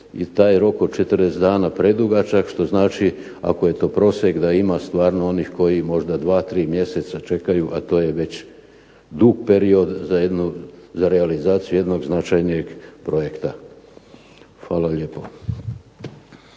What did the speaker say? i taj rok od 40 dana predugačak što znači ako je to prosjek da ima stvarno onih koji možda dva, tri mjeseca čekaju, a to je već dug period za realizaciju jednog značajnijeg projekta. Hvala lijepo.